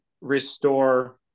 restore